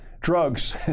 drugs